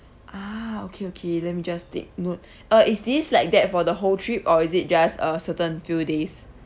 ah okay okay let me just take note uh is this like that for the whole trip or is it just a certain few days